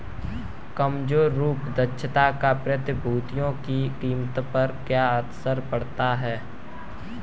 कमजोर रूप दक्षता का प्रतिभूतियों की कीमत पर क्या असर पड़ता है?